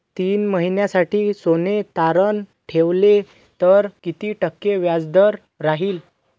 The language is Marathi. तीन महिन्यासाठी सोने तारण ठेवले तर किती टक्के व्याजदर राहिल?